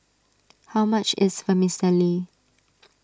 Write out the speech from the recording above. how much is Vermicelli